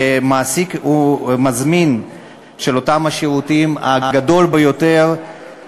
כמעסיק היא המזמין הגדול ביותר של אותם שירותים,